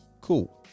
cool